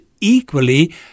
equally